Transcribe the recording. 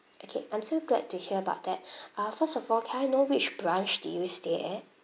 okay I'm so glad to hear about that uh first of all can I know which branch did you stay at